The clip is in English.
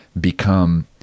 become